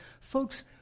Folks